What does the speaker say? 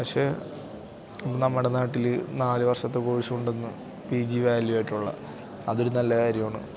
പക്ഷേ നമ്മുടെ നാട്ടില് നാലു വർഷത്തെ കോഴ്സ് കൊണ്ടുവന്നു പി ജി വാല്യു ആയിട്ടുള്ള അതൊരു നല്ല കാര്യമാണ്